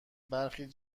برخی